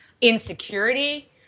insecurity